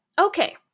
okay